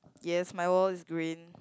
yes my wall is green